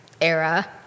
era